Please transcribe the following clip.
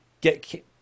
get